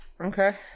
Okay